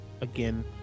again